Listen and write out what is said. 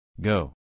Go